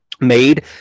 made